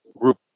group